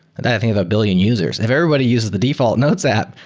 that i think of a billion users. if everybody uses the default notes app,